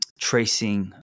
tracing